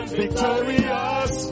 victorious